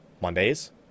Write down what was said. Mondays